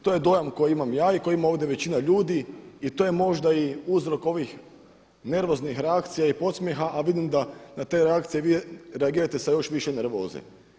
To je dojam koji imam ja i koji ima ovdje većina ljudi i to je možda i uzrok ovih nervoznih reakcija i podsmijeha, a vidim da na te reakcije vi reagirate sa još više nervoze.